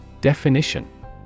Definition